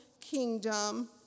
kingdom